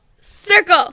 circle